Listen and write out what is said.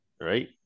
right